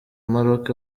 maroc